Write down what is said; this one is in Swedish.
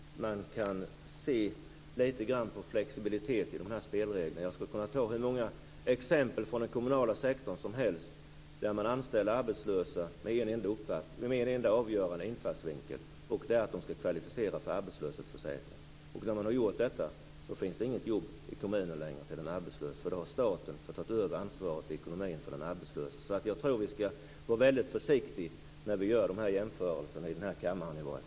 Herr talman! Jag tror att det är oerhört viktigt att man lite grann kan se till flexibiliteten när det gäller de här spelreglerna. Jag skulle kunna ta hur många som helst exempel från den kommunala sektorn. Man anställer arbetslösa med en enda avgörande infallsvinkel: att de skall kvalificera sig för arbetslöshetsförsäkringen. När man har gjort detta finns det inte längre något jobb i kommunen till den arbetslöse, för då har staten fått ta över ansvaret för ekonomin för den arbetslöse. Jag tror därför att vi skall vara väldigt försiktiga när vi gör sådana här jämförelser, i varje fall i denna kammare.